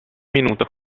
minuto